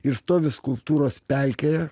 ir stovi skulptūros pelkėje